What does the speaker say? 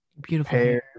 Beautiful